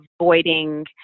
avoiding